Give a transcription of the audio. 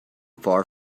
far